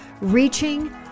reaching